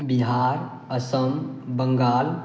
Bihar Assam Bengal